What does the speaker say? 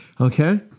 Okay